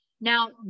Now